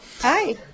Hi